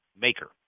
maker